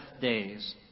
days